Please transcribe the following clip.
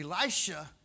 Elisha